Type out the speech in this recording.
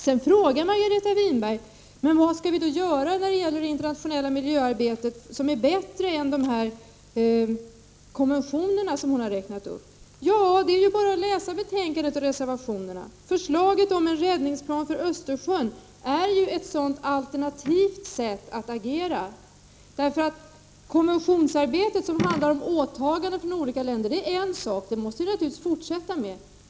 Sedan frågar Margareta Winberg: Vad skall vi göra när det gäller internationellt miljöarbete, som är bättre än dessa konventioner som hon har räknat upp? Det är väl bara att läsa betänkandet och reservationerna. Förslaget om en räddningsplan för Östersjön är ju ett sådant alternativt sätt att agera. Konventionsarbetet, som handlar om åtaganden från olika länder, är en sak. Det skall vi naturligtvis fortsätta med.